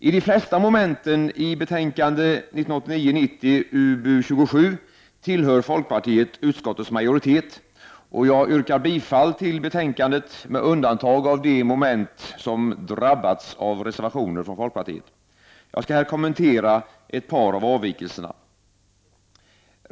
I de flesta momenten i betänkandet 1989/90:UbU27 tillhör folkpartiet utskottets majoritet, och jag yrkar bifall till hemställan i betänkandet med undantag av de moment som ”drabbats” av reservationer från folkpartiet. Jag skall här kommentera ett par av avvikelserna.